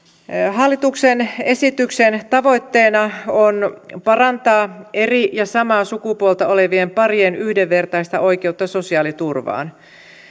hallituksen esityksen tavoitteena on parantaa eri ja samaa sukupuolta olevien parien yhdenvertaista oikeutta sosiaaliturvaan